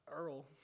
Earl